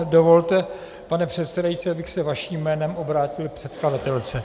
Dovolte, pane předsedající, abych se vaším jménem obrátil k předkladatelce.